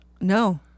no